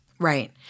Right